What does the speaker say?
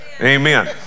Amen